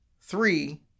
three